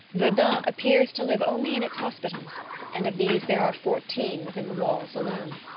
verdun appears to live only in its hospitals and of these there are fourteen within the walls alone.